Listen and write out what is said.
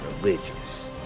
religious